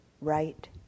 right